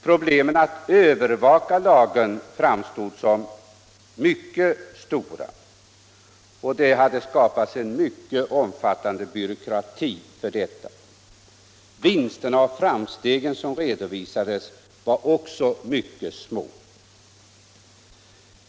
Problemen att övervaka lagen framstod som mycket stora, och det hade skapats en omfattande byråkrati för detta. Vinsterna och framstegen som redovisades var också små.